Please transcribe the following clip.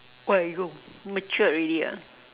why I go matured already ah